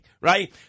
right